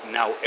now